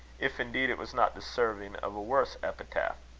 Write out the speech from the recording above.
if indeed it was not deserving of a worse epithet.